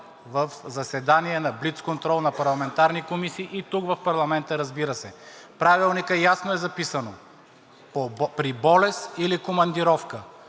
в заседание, на блицконтрол на парламентарни комисии и тук в парламента, разбира се. В Правилника ясно е записано: „при болест или командировка“.